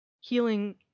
Healing